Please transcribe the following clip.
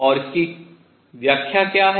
और उसकी व्याख्याएं क्या हैं